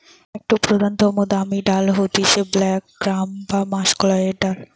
একটো প্রধানতম দামি ডাল হতিছে ব্ল্যাক গ্রাম বা মাষকলাইর ডাল